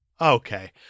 Okay